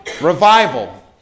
revival